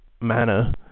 manner